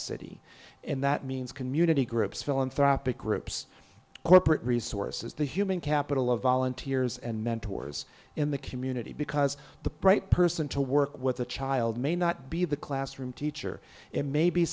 city and that means community groups philanthropic groups corporate resources the human capital of volunteers and mentors in the community because the bright person to work with the child may not be the classroom teacher it may be